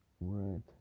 Right